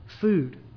food